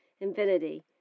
infinity